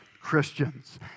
Christians